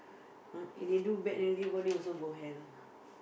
ah they do bad then everybody also go hell